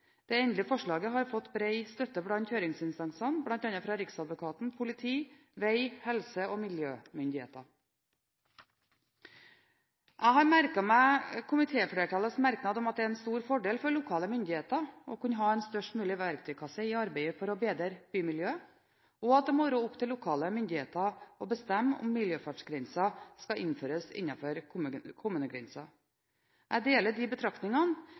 det endelige forslaget har fått bred støtte blant høringsinstansene, bl.a. fra Riksadvokaten, politiet og veg-, helse og miljømyndighetene. Jeg har merket meg komitéflertallets merknad om at det er en stor fordel for lokale myndigheter å kunne ha en størst mulig verktøykasse i arbeidet for å bedre bymiljøet, og at det må være opp til lokale myndigheter å bestemme om miljøfartsgrenser skal innføres innenfor kommunegrensen. Jeg deler disse betraktningene,